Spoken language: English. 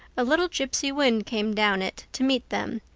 a little gypsy wind came down it to meet them,